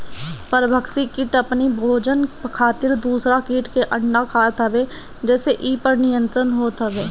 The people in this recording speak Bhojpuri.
परभक्षी किट अपनी भोजन खातिर दूसरा किट के अंडा खात हवे जेसे इ पर नियंत्रण होत हवे